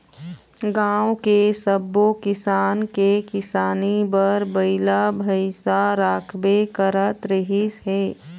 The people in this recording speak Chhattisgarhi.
गाँव के सब्बो किसान के किसानी बर बइला भइसा राखबे करत रिहिस हे